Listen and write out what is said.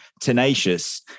tenacious